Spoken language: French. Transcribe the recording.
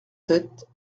sept